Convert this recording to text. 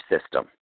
system